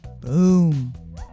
Boom